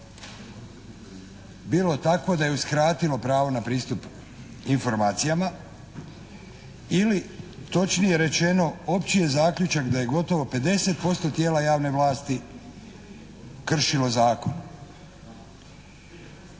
bilo takvo da je uskratilo pravo na pristup informacijama, ili točnije rečeno opći je zaključak da je gotovo 50% tijela javne vlasti kršilo zakon.